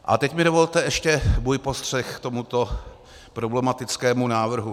A teď mi dovolte ještě můj postřeh k tomuto problematickému návrhu.